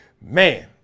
Man